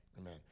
Amen